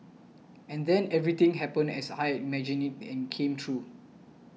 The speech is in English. and then everything happened as I had imagined it and came true